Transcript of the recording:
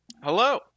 Hello